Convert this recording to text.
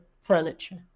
furniture